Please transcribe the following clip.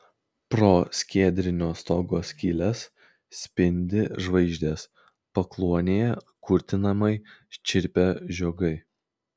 pro skiedrinio stogo skyles spindi žvaigždės pakluonėje kurtinamai čirpia žiogai